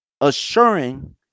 assuring